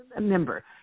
member